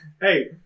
hey